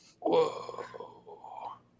Whoa